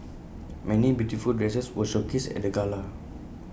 many beautiful dresses were showcased at the gala